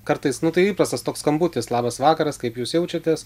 kartais nu tai įprastas toks skambutis labas vakaras kaip jūs jaučiatės